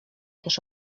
też